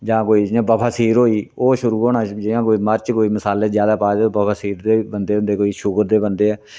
जां कोई जियां बबासीर होई ओह् शुरू होना जियां कोई मर्च कोई मसाले ज्यादा पाए दे बबासीर दे बी बंदे होंदे कोई शुगर दे बंदे ऐ